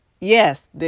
yes